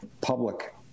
public